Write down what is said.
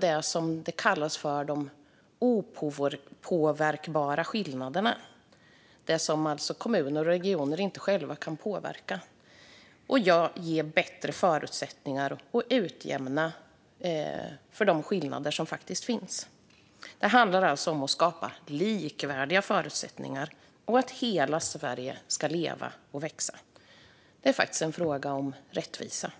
det som kallas för de opåverkbara skillnaderna, alltså det som kommuner och regioner inte själva kan påverka, och ge bättre förutsättningar att utjämna de skillnader som faktiskt finns. Det handlar alltså om att skapa likvärdiga förutsättningar så att hela Sverige kan leva och växa. Det är en fråga om rättvisa.